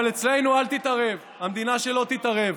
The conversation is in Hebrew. אבל אצלנו אל תתערב, שהמדינה לא תתערב,